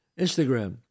Instagram